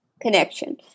connection